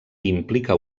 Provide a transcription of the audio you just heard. implica